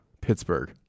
Pittsburgh